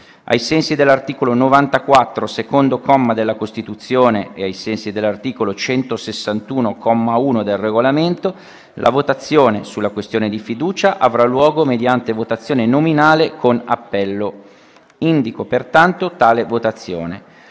ai sensi dell'articolo 94, secondo comma, della Costituzione e ai sensi dell'articolo 161, comma 1, del Regolamento, la votazione sulla questione di fiducia avrà luogo mediante votazione nominale con appello. Ciascun senatore chiamato